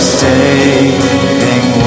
saving